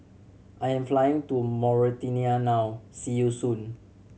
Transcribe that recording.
I'm flying to Mauritania now see you soon